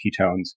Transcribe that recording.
ketones